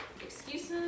excuses